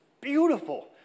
beautiful